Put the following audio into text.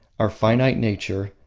our finite nature,